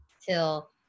till